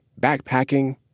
backpacking